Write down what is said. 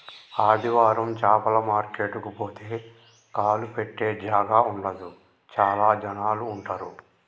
ఆదివారం చాపల మార్కెట్ కు పోతే కాలు పెట్టె జాగా ఉండదు చాల జనాలు ఉంటరు